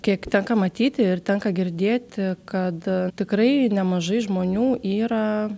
kiek tenka matyti ir tenka girdėti kad tikrai nemažai žmonių yra